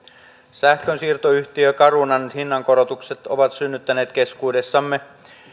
sähkönsiirtoyhtiö carunan hinnankorotukset ovat synnyttäneet keskuudessamme